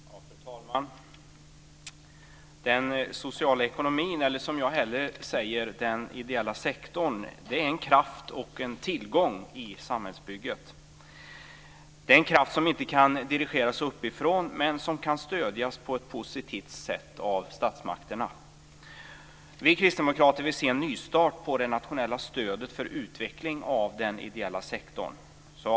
Fru talman! Den sociala ekonomin, eller som jag hellre säger den ideella sektorn, är en kraft och en tillgång i samhällsbygget. Det är en kraft som inte kan dirigeras uppifrån men som kan stödjas på ett positivt sätt av statsmakterna. Vi kristdemokrater vill se en nystart för det nationella stödet för utveckling av den ideella sektorn.